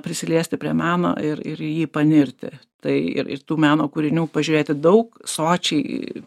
prisiliesti prie meno ir ir į jį panirti tai ir ir tų meno kūrinių pažiūrėti daug sočiai